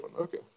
okay